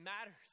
matters